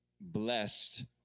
Blessed